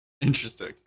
Interesting